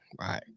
right